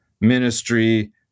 ministry